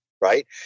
Right